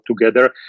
together